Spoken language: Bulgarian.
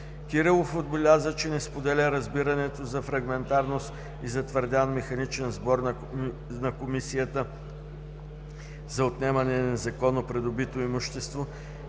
Кирилов отбеляза, че не споделя разбирането за фрагментираност и за твърдян механичен сбор на Комисията за отнемане на незаконно придобито имущество